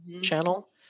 channel